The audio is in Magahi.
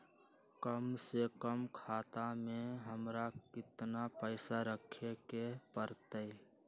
कम से कम खाता में हमरा कितना पैसा रखे के परतई?